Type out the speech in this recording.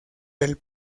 del